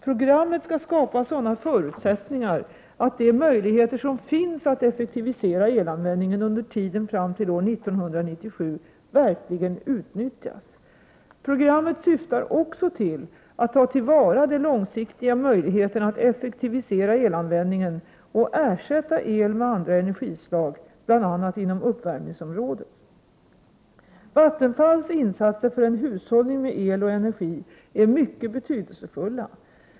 Programmet skall skapa sådana förutsättningar att de möjligheter som finns att effektivisera elanvändningen under tiden fram till år 1997 verkligen utnyttjas. Programmet syftar också till att ta till vara de långsiktiga möjligheterna att effektivisera elanvändningen och ersätta el med andra energislag bl.a. inom uppvärmningsområdet. Vattenfalls insatser för en hushållning med el och energi är mycket betydelsefulla.